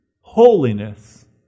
holiness